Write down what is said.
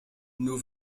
nous